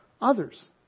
others